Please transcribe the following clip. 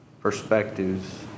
perspectives